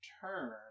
turn